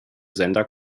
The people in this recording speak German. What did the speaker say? sender